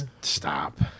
Stop